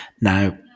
Now